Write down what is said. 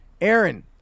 Aaron